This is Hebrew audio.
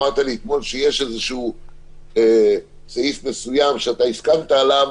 אמרת לי אתמול שיש איזשהו סעיף מסוים שאתה הסכמת עליו